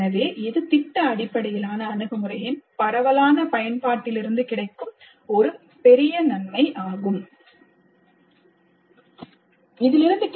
எனவே இது திட்ட அடிப்படையிலான அணுகுமுறையின் பரவலான பயன்பாட்டிலிருந்து கிடைக்கும் ஒரு பெரிய நன்மை ஆகும்